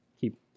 Keep